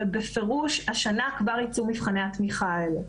אבל בפירוש השנה כבר ייצאו מבחני התמיכה האלה,